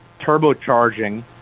turbocharging